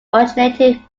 originated